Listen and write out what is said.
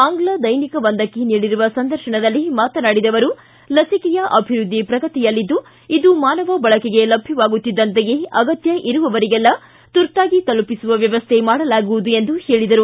ಆಂಗ್ಲ ದೈನಿಕವೊಂದಕ್ಷೆ ನೀಡಿರುವ ಸಂದರ್ಶನದಲ್ಲಿ ಮಾತನಾಡಿದ ಅವರು ಲಸಿಕೆಯ ಅಭಿವೃದ್ದಿ ಪ್ರಗತಿಯಲ್ಲಿದ್ದು ಇದು ಮಾನವ ಬಳಕೆಗೆ ಲಭ್ಯವಾಗುತ್ತಿದ್ದಂತೆಯೇ ಅಗತ್ಯ ಇರುವವರಿಗೆಲ್ಲಾ ತುರ್ತಾಗಿ ತಲುಪಿಸುವ ವ್ಯವಸ್ಥೆ ಮಾಡಲಾಗುವುದು ಎಂದು ಹೇಳಿದರು